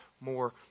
more